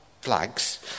flags